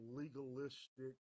legalistic